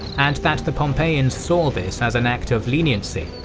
and that the pompeians saw this as an act of leniency.